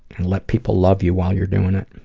and let people love you while you're doing it.